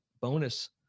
bonus